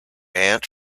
aunt